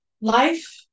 life